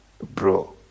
Bro